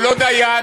הוא לא דיין.